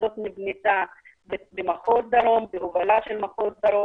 היא בהובלה של מחוז דרום,